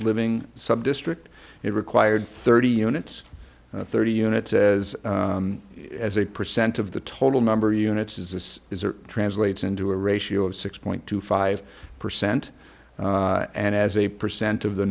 living subdistrict it required thirty units thirty units as as a percent of the total number units is this is translates into a ratio of six point two five percent and as a percent of the